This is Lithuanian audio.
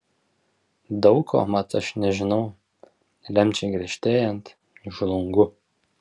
daug ko mat aš nežinau lemčiai griežtėjant žlungu